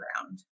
Ground